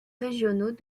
régionaux